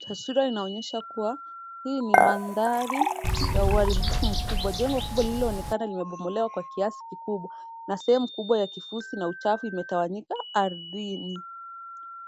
Taswira inaonyesha kuwa hii ni mandhari ya uharibifu mkubwa. Jengo kubwa lililoonekana limebomolewa kwa kiasi kikubwa na sehemu kubwa ya kifusi na uchafu imetawanyika ardhini.